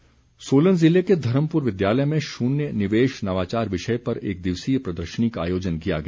प्रदर्शनी सोलन जिले के धर्मपुर विद्यालय में शून्य निवेश नवाचार विषय पर एक दिवसीय प्रदर्शनी का आयोजन किया गया